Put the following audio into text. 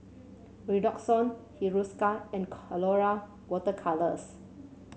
Redoxon Hiruscar and Colora Water Colours